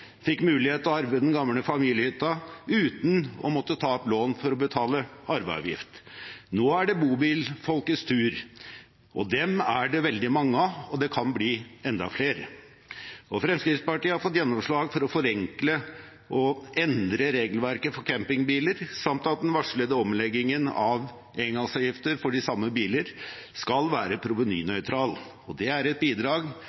fikk mulighet til å arve den gamle familiehytta uten å måtte ta opp lån for å betale arveavgift. Nå er det bobilfolkets tur. Dem er det veldig mange av, og det kan bli enda flere. Fremskrittspartiet har fått gjennomslag for å forenkle og endre regelverket for campingbiler samt at den varslede omleggingen av engangsavgiften for de samme biler skal være